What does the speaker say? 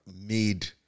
made